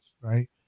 Right